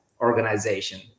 organization